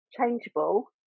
changeable